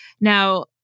Now